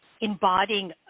embodying